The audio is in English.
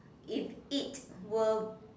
if it were